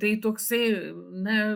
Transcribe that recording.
tai toksai na